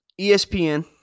ESPN